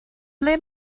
ble